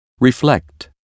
reflect